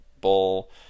bull